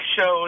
shows